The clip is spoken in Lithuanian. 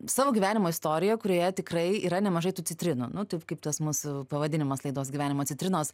savo gyvenimo istoriją kurioje tikrai yra nemažai tų citrinų nu taip kaip tas mūsų pavadinimas laidos gyvenimo citrinos